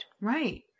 Right